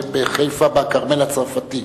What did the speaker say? בחיפה, בכרמל הצרפתי,